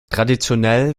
traditionell